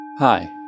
Hi